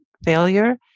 failure